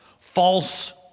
False